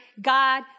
God